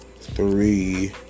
three